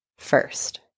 First